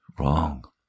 Wrong